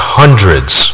hundreds